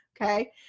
Okay